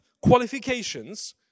qualifications